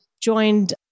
joined